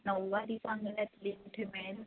नऊवारी चांगल्यातली कुठे मिळेल